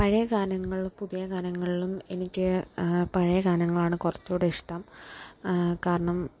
പഴയ ഗാനങ്ങളും പുതിയ ഗാനങ്ങൾലും എനിക്ക് പഴയ ഗാനങ്ങളാണ് കുറച്ചൂടെ ഇഷ്ടം കാരണം